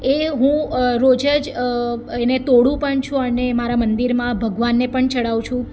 એ હું રોજ જ એને તોડું પણ છું અને મારા મંદિરમાં ભગવાનને પણ ચઢાઉં છું